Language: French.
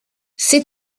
ses